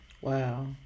Wow